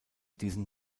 diesen